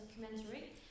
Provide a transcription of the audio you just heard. documentary